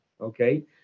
okay